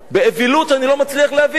באווילות שאני לא מצליח להבין,